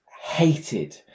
hated